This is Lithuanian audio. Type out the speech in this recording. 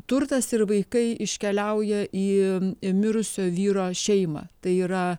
turtas ir vaikai iškeliauja į mirusio vyro šeimą tai yra